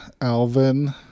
Alvin